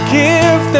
give